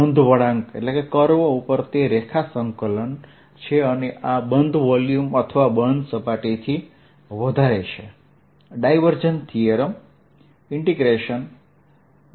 બંધ વળાંક ઉપર તે રેખા સંકલન છે અને આ બંધ વોલ્યુમ અથવા બંધ સપાટીથી વધુ છે